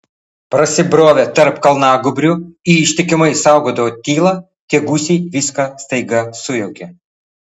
prasibrovę tarp kalnagūbrių į ištikimai saugotą tylą tie gūsiai viską staiga sujaukė